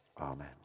Amen